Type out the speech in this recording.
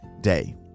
day